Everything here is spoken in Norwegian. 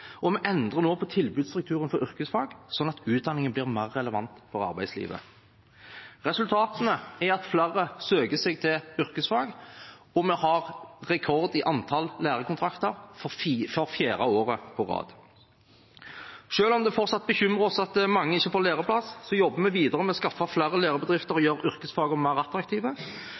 og vi endrer nå på tilbudsstrukturen for yrkesfag, sånn at utdanningen blir mer relevant for arbeidslivet. Resultatene er at flere søker seg til yrkesfag, og vi har rekord i antall lærekontrakter for fjerde år på rad. Siden det fortsatt bekymrer oss at mange ikke får læreplass, jobber vi videre med å skaffe flere lærebedrifter og gjøre yrkesfagene mer attraktive.